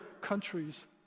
countries